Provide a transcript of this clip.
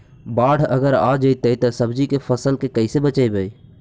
बाढ़ अगर आ जैतै त सब्जी के फ़सल के कैसे बचइबै?